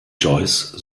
joyce